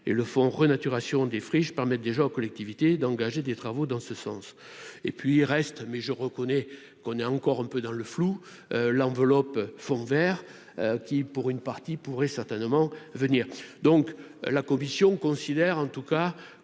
et le Fonds renaturation des friches permettent déjà aux collectivités d'engager des travaux dans ce sens et puis il reste mais je reconnais qu'on est encore un peu dans le flou, l'enveloppe fond Vert qui pour une partie pourrait certainement venir donc la Commission considère en tout cas